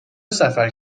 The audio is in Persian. سفر